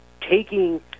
taking